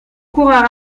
coureur